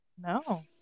No